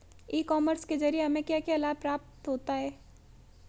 ई commerce के ज़रिए हमें क्या क्या लाभ प्राप्त होता है?